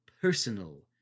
personal